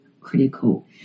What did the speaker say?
critical